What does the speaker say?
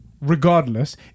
regardless